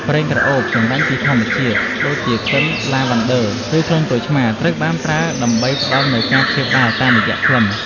ប្រេងក្រអូបចម្រាញ់ពីធម្មជាតិ ដូចជាក្លិនឡាវ៉ាន់ឌឺ ឬក្លិនក្រូចឆ្មារ ត្រូវបានប្រើដើម្បីផ្តល់នូវការព្យាបាលតាមរយៈក្លិន។